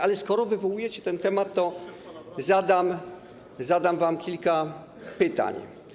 Ale skoro wywołujecie ten temat, to zadam wam kilka pytań.